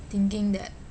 thinking that